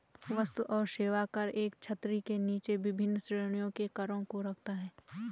वस्तु और सेवा कर एक छतरी के नीचे विभिन्न श्रेणियों के करों को रखता है